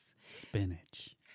Spinach